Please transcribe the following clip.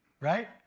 right